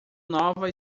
nova